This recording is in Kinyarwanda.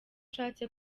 ushatse